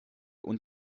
und